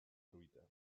fruita